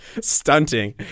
stunting